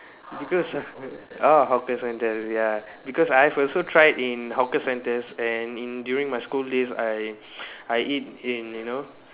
because I've orh hawker centres ya because I've also tried in hawker centres and in during my school days I I eat in you know